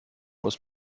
muss